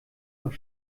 noch